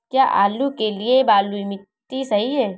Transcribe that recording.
क्या आलू के लिए बलुई मिट्टी सही है?